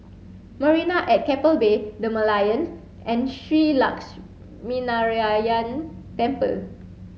Marina at Keppel Bay The Merlion and Shree Lakshminarayanan Temple